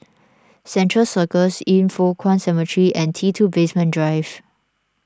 Central Circus Yin Foh Kuan Cemetery and T two Basement Drive